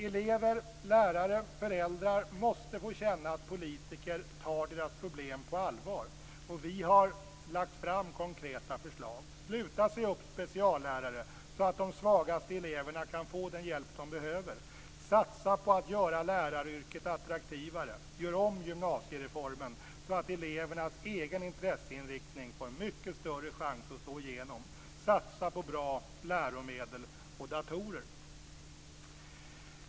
Elever, lärare och föräldrar måste få känna att politiker tar deras problem på allvar. Vi har lagt fram konkreta förslag: Sluta säga upp speciallärare så att de svagaste eleverna kan få den hjälp som de behöver! Satsa på att göra läraryrket attraktivare! Gör om gymnasiereformen så att elevernas egen intresseinriktning får mycket större chans att slå igenom! Satsa på bra läromedel och datorer!